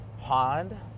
pond